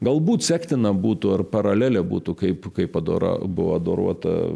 galbūt sektina būtų ar paralelė būtų kaip kaip padora buvo adoruota